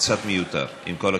קצת מיותר, עם כל הכבוד.